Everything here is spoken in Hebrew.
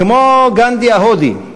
כמו גנדי ההודי,